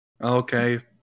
Okay